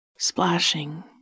Splashing